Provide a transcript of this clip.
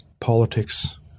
politics –